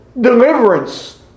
deliverance